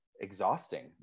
exhausting